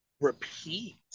repeat